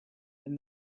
and